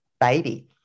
baby